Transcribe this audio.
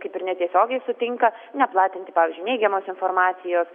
kaip ir netiesiogiai sutinka neplatinti pavyzdžiui neigiamos informacijos